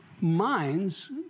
minds